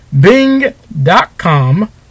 Bing.com